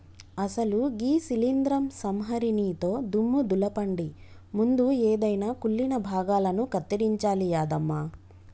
అసలు గీ శీలింద్రం సంహరినితో దుమ్ము దులపండి ముందు ఎదైన కుళ్ళిన భాగాలను కత్తిరించాలి యాదమ్మ